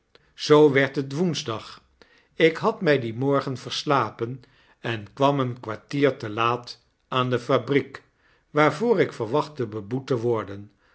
zoo werd het woensdag ik had mg dien morgen verslapen en kwam een kwartier te laat aan de fabriek waarvoor ik verwachtte beboet te worden